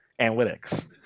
analytics